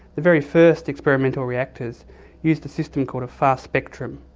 the very first experimental reactors used a system called a fast spectrum,